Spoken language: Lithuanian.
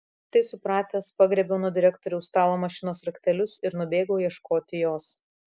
tai supratęs pagriebiau nuo direktoriaus stalo mašinos raktelius ir nubėgau ieškoti jos